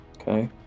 Okay